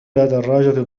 دراجتي